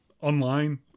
online